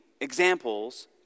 examples